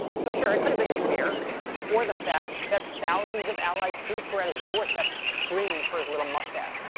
so, sure, it could have been the spear or the fact that thousands of allied troops were at his doorstep, screaming for his little mustache.